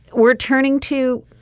we're turning to,